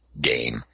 game